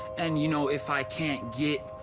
and you know if i cant get,